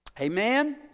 Amen